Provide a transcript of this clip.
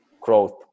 growth